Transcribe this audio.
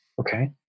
okay